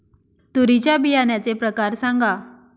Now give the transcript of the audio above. तूरीच्या बियाण्याचे प्रकार सांगा